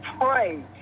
pray